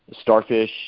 Starfish